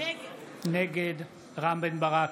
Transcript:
נגד רם בן ברק,